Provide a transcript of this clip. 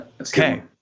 Okay